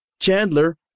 Chandler